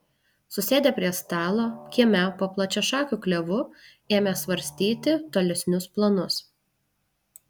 susėdę prie stalo kieme po plačiašakiu klevu ėmė svarstyti tolesnius planus